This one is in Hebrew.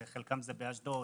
שחלקם באשדוד,